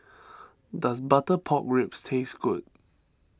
does Butter Pork Ribs taste good